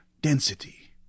density